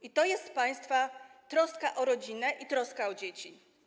I to jest państwa troska o rodzinę i troska o dzieci.